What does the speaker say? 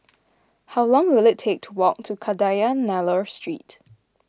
how long will it take to walk to Kadayanallur Street